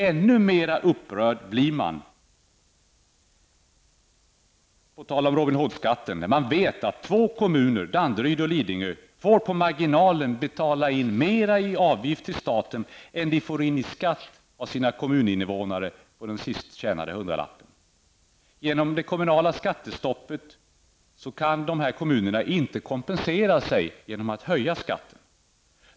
Ännu mer upprörande blir Robin Hood-skatten när man vet att två kommuner, Danderyd och Lidingö, får på marginalen betala mer i avgift till staten än de får in i skatt av sina kommuninvånare på den sist tjänade hundralappen. Genom det kommunala skattestoppet kan de här kommunerna inte kompensera sig genom att höja skatten.